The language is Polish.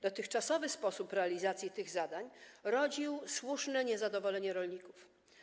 Dotychczasowy sposób realizacji tych zadań rodził słuszne niezadowolenie rolników.